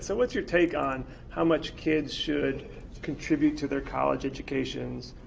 so what's your take on how much kids should contribute to their college educations,